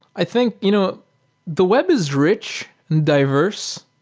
i think you know the web is rich and diverse,